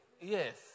Yes